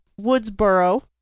woodsboro